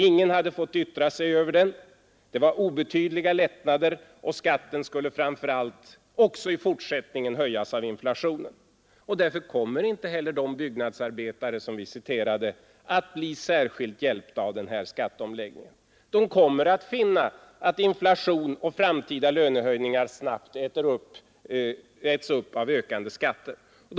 Ingen hade fått yttra sig över det. Reformen innebar obetydliga lättnader, och framför allt skulle skatten också i fortsättningen höjas av inflationen. Därför kommer inte heller de byggnadsarbetare som vi citerade att bli särskilt hjälpta av den här skatteomläggningen. De kommer att finna att de förbättringar de fått och även framtida lönehöjningar snabbt kommer att ätas upp av inflation och ökande skatter.